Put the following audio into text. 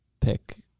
pick